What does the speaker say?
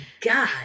God